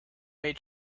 may